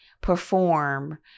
perform